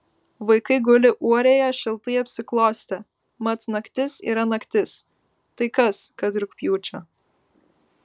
vaikai guli uorėje šiltai apsiklostę mat naktis yra naktis tai kas kad rugpjūčio